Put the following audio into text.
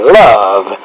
love